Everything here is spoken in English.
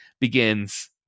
begins